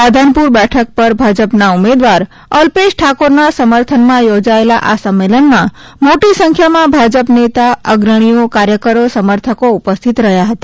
રાધનપુર બેઠક પર ભાજપના ઉમેદવાર અલ્પેશ ઠાકોરના સમર્થનમાં યોજાયેલા આ સંમેલનમાં મોટી સંખ્યામાં ભાજપ નેતા અગ્રણીઓ કાર્યકરો સમર્થકો ઉપસ્થિત રહ્યા હતા